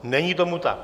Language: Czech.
Není tomu tak.